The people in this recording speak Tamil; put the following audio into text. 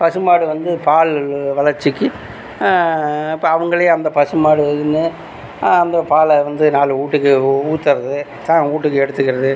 பசுமாடு வந்து பால் வளர்ச்சிக்கு இப்போ அவங்களே அந்த பசுமாடு இதுன்னு அந்தப் பாலை வந்து நாலு வீட்டுக்கு ஊத்துறது தான் வீட்டுக்கு எடுத்துக்கிறது